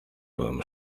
вам